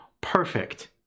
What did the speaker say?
Perfect